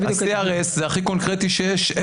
ה-CRS זה הכי קונקרטי שיש.